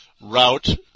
route